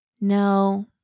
No